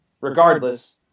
regardless